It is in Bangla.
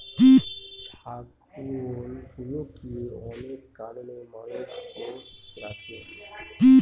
ছাগলগুলোকে অনেক কারনে মানুষ পোষ্য রাখে